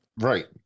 right